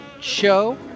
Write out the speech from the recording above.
show